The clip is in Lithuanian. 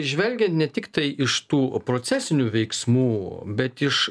žvelgia ne tiktai iš tų procesinių veiksmų bet iš